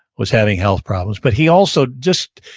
was having health problems. but he also just,